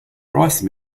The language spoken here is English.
rice